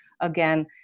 again